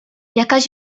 jakaś